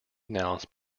announced